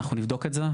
אנחנו נבדוק את זה.